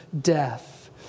death